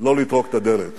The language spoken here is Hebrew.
לא לטרוק את הדלת,